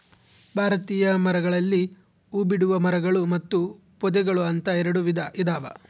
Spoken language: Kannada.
ಭಾರತೀಯ ಮರಗಳಲ್ಲಿ ಹೂಬಿಡುವ ಮರಗಳು ಮತ್ತು ಪೊದೆಗಳು ಅಂತ ಎರೆಡು ವಿಧ ಇದಾವ